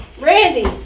Randy